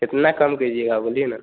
कितना कम कीजिएगा बोलिए ना